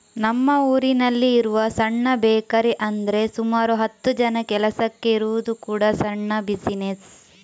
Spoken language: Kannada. ನಮ್ಮ ಊರಿನಲ್ಲಿ ಇರುವ ಸಣ್ಣ ಬೇಕರಿ ಅಂದ್ರೆ ಸುಮಾರು ಹತ್ತು ಜನ ಕೆಲಸಕ್ಕೆ ಇರುವುದು ಕೂಡಾ ಸಣ್ಣ ಬಿಸಿನೆಸ್